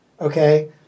okay